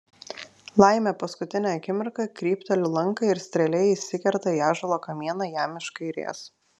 laimė paskutinę akimirką krypteliu lanką ir strėlė įsikerta į ąžuolo kamieną jam iš kairės